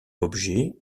objets